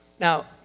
Now